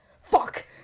fuck